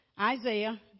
Isaiah